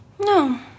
No